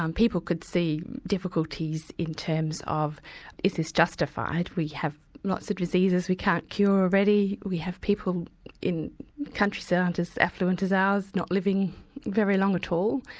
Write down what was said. um people could see difficulties in terms of is this justified? we have lots of diseases we can't cure already. we have people in countries that aren't as affluent as ours not living very long at all.